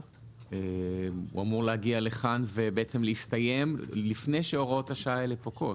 הוא אמור להגיע לכאן ובעצם להסתיים לפני שהוראות השעה האלה פוקעות.